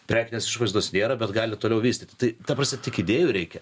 prekinės išvaizdos nėra bet gali toliau vystyti tai ta prasme tik idėjų reikia